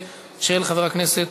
חבר הכנסת